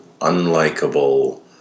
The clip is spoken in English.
unlikable